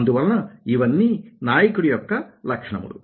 అందువలన ఇవన్నీ నాయకుడి యొక్క లక్షణములు